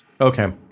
okay